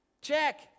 check